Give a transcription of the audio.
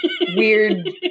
weird